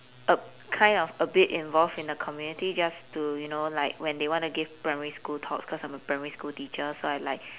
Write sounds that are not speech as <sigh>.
a kind of a bit involved in the community just to you know like when they want to give primary school talks cause I'm a primary school teacher so I like <breath>